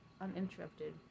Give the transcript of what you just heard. uninterrupted